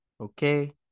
Okay